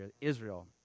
Israel